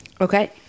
Okay